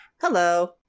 hello